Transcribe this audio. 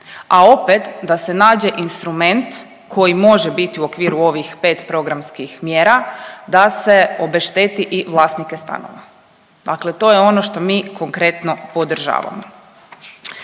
a opet da se nađe instrument koji može biti u okviru ovih 5 programskih mjera, da se obešteti i vlasnike stanova, dakle to je ono što mi konkretno podržavamo.